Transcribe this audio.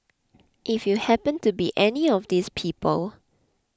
if you happened to be any of these people